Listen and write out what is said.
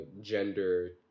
gender